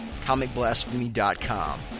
ComicBlasphemy.com